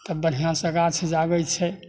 तऽ बढ़िआँ सँ गाछ जागै छै